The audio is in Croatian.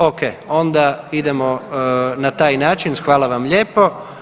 Ok, onda idemo na taj način, hvala vam lijepo.